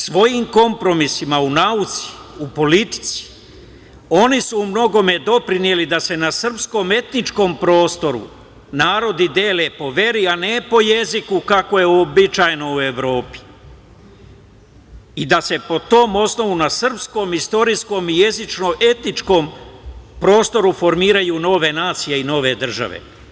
Svojim kompromisima u nauci, u politici oni su u mnogome doprineli da se na srpskom etničkom prostoru narodi dele po veri, a ne po jeziku kako je uobičajeno u Evropi i da se po tom osnovu na srpskom istorijskom i jezičko-etičkom prostoru formiraju nove nacije i nove države.